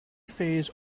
phase